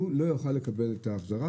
הוא לא יוכל לקבל את ההחזרה,